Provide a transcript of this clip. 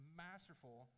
masterful